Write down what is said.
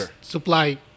supply